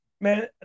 Man